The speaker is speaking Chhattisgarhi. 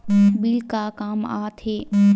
बिल का काम आ थे?